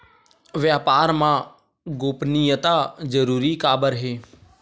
व्यापार मा गोपनीयता जरूरी काबर हे?